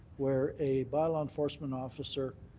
where a bylaw enforcement officer,